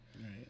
Right